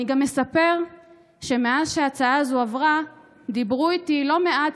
אני גם אספר שמאז שההצעה הזו עברה דיברו איתי לא מעט